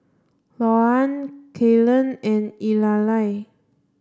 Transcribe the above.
Louann Kalen and Eulalia